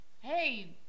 hey